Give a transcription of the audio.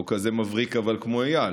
אבל לא כזה מבריק כמו איל.